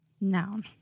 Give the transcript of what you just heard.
Noun